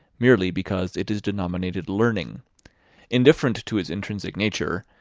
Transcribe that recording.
merely because it is denominated learning indifferent to its intrinsic nature,